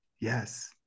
yes